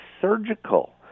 surgical